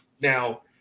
Now